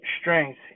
strength